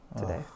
today